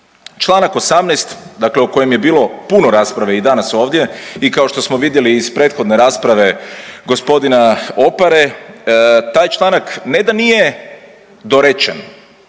Čl. 18., dakle o kojem je bilo puno rasprave i danas ovdje i kao što smo vidjeli i iz prethodne rasprave g. Opare taj članak ne da nije dorečen